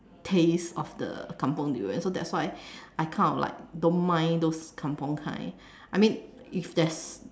taste of the kampung durian so that's why I kind of like don't mind those kampung kind I mean if there's